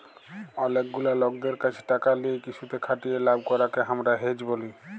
অলেক গুলা লকদের ক্যাছে টাকা লিয়ে কিসুতে খাটিয়ে লাভ করাককে হামরা হেজ ব্যলি